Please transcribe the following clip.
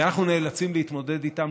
שאנחנו נאלצים להתמודד איתם,